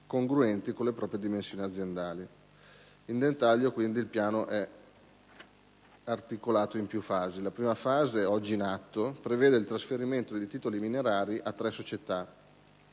congruenti con le proprie dimensioni aziendali. In dettaglio, il piano è articolato in più fasi. La prima fase, oggi in atto, prevede il trasferimento di titoli minerari a tre società,